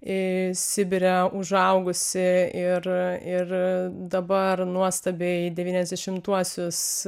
i sibire užaugusi ir ir dabar nuostabiai devyniasdešimtuosius